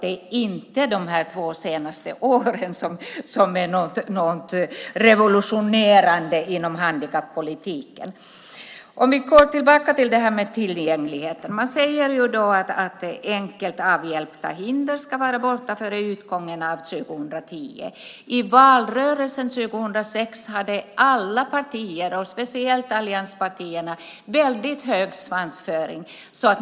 Det är inte de två senaste åren som är något revolutionerande inom handikappolitiken. Man säger om tillgängligheten att enkelt avhjälpta hinder ska vara borta före utgången av 2010. I valrörelsen 2006 hade alla partier, och speciellt allianspartierna, väldigt hög svansföring.